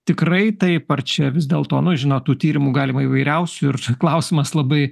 tikrai taip ar čia vis dėlto nu žinot tų tyrimų galima įvairiausių ir klausimas labai